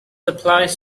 applies